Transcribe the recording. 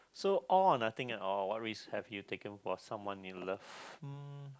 so all or nothing at all what risk have taken for someone you love uh